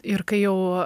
ir kai jau